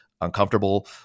uncomfortable